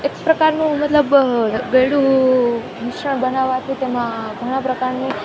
એક પ્રકારનું મતલબ ગળ્યું મિશ્રણ બનાવાથી તેમાં ઘણા પ્રકારની